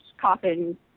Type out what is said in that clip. Coffin